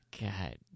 God